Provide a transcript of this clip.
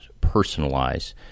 personalize